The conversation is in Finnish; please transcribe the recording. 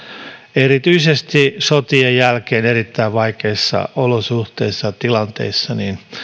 erityisesti sotien jälkeen erittäin vaikeissa olosuhteissa ja tilanteissa